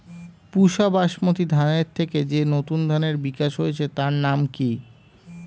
পুসা বাসমতি ধানের থেকে যে নতুন ধানের বিকাশ হয়েছে তার নাম কি?